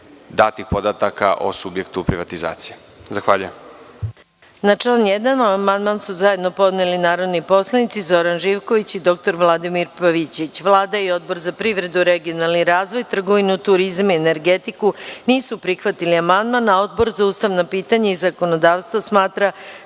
datih podataka o subjektu privatizacije. Zahvaljujem.